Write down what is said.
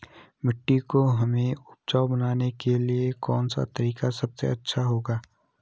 मिट्टी को हमें उपजाऊ बनाने के लिए कौन सा तरीका सबसे अच्छा उपयोगी होगा?